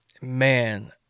man